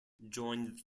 joined